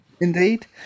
Indeed